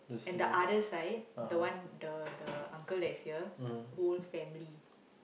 and the other side the one that the uncle is here whole family